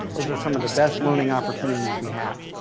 those are some of the best learning opportunities we have.